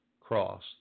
cross